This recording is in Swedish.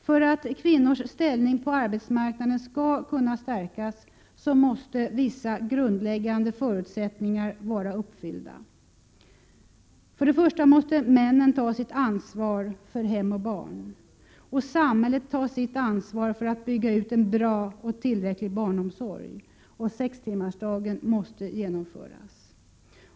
För att kvinnors ställning på arbetsmarknaden skall kunna stärkas måste vissa grundläggande förutsättningar vara uppfyllda. Männen måste ta sitt ansvar för hem och barn, samhället måste ta sitt ansvar för att bygga ut en bra och tillräcklig barnomsorg och sex timmars arbetsdag måste införas.